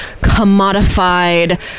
commodified